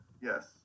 yes